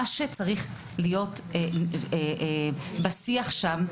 מה שצריך להיות בשיח שם,